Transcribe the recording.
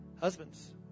husbands